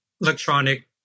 electronic